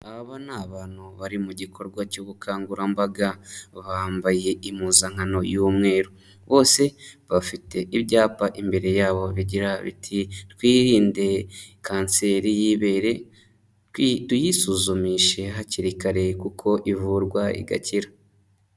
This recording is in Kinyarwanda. Aba bo ni abantu bari mu gikorwa cy'ubukangurambaga, bambaye impuzankano y'umweru. Bose bafite ibyapa imbere yabo bigira biti: "Twirinde kanseri y'ibere, tuyisuzumishe hakiri kare kuko ivurwa igakira."